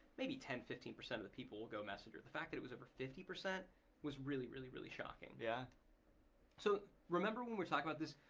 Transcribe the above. maybe ten, fifteen percent of the people will go messenger. the fact that it was over fifty percent was really, really, really shocking. yeah so remember when we we're talking about this,